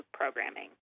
programming